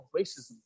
racism